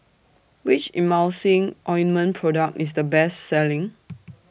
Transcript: Which Emulsying Ointment Product IS The Best Selling